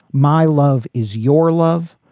my love is your love.